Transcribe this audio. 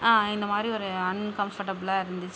இந்த மாதிரி ஒரு அன்கம்ஃபர்ட்டபிளாக இருந்துச்சு